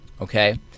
okay